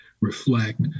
reflect